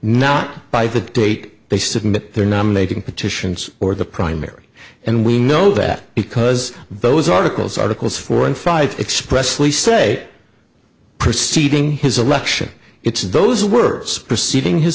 not by the date they submit their nominating petitions or the primary and we know that because those articles articles four and five expressly say preceeding his election it's those words preceeding his